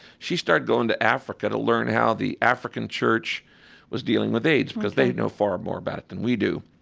she started going to africa to learn how the african church was dealing with aids ok because they know far more about it than we do.